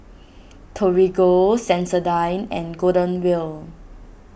Torigo Sensodyne and Golden Wheel